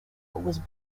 was